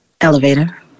Elevator